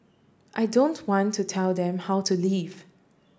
I don't want to tell them how to live